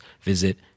visit